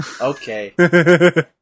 Okay